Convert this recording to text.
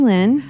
Lynn